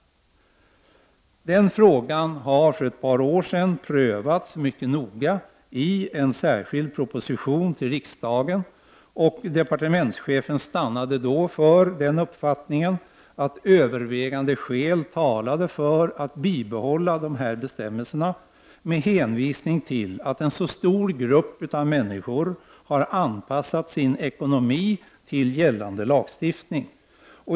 Den frågan har för ett par år sedan prövats mycket noga i en särskild proposition till riksdagen. Departementschefen stannade då för uppfattningen att övervägande skäl talade för bibehållande av dessa bestämmelser, med hänvisning till att en så stor grupp av människor har anpassat sin ekonomi till gällande lagstiftning.